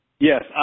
Yes